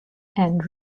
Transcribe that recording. and